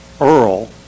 Earl